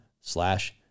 slash